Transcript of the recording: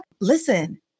Listen